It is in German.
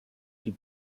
die